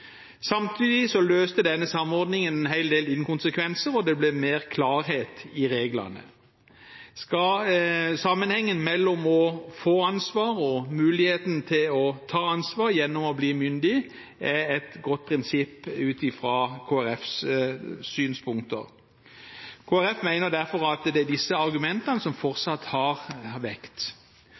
løste denne samordningen en hel del inkonsekvenser, og det ble mer klarhet i reglene. Sammenhengen mellom å få ansvar og muligheten til å ta ansvar gjennom å bli myndig, er et godt prinsipp ut fra Kristelig Folkepartis synspunkter. Kristelig Folkeparti mener derfor at det er disse argumentene som fortsatt har vekt.